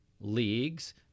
leagues